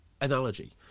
analogy